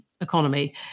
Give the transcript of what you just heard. economy